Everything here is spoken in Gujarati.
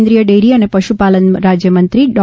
કેન્દ્રીય ડેરી અને પશુપાલન રાજ્યમંત્રી શ્રી ડૉ